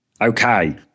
Okay